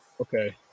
Okay